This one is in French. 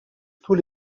tous